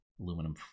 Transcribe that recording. aluminum